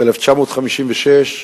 ב-1956,